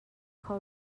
kho